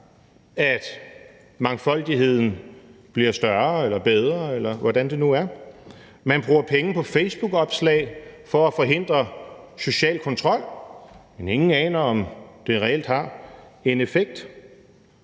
at mangfoldigheden bliver større eller bedre, eller hvordan det nu er. Man bruger penge på facebookopslag for at forhindre social kontrol, men ingen aner, om det reelt har en effekt.